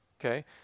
okay